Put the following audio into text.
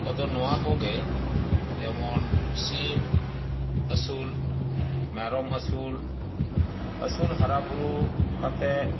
ᱠᱚᱫᱚ ᱱᱚᱣᱟ ᱠᱚᱜᱮ ᱡᱮᱢᱚᱱ ᱥᱤᱢ ᱟᱹᱥᱩᱞ ᱢᱮᱨᱚᱢ ᱟᱹᱥᱩᱞ ᱟᱹᱥᱩᱞ ᱦᱟᱨᱟ ᱵᱩᱨᱩ ᱠᱟᱛᱮᱫ